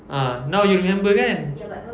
ah now you remember kan